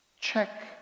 check